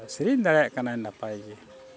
ᱥᱮᱨᱮᱧ ᱫᱟᱲᱮᱭᱟᱜ ᱠᱟᱱᱟᱭ ᱱᱟᱯᱟᱭ ᱜᱮ